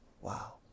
Wow